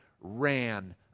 ran